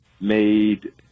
made